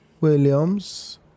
Williams